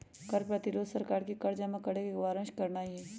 कर प्रतिरोध सरकार के कर जमा करेसे बारन करनाइ हइ